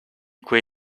quei